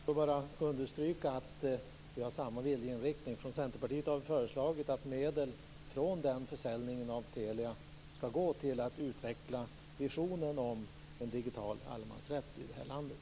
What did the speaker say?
Fru talman! Jag vill bara understryka att vi har samma viljeinriktning. Vi i Centerpartiet har föreslagit att medel från försäljningen av Telia skall gå till att utveckla visionen om en digital allemansrätt i det här landet.